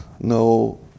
No